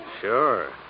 Sure